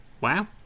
Wow